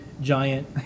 giant